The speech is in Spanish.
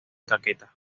caquetá